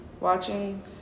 Watching-